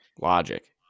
logic